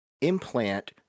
implant